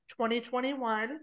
2021